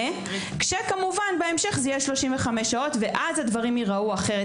כשבהמשך כמובן זה יהיה 35 שעות ואז דברים ייראו אחרת.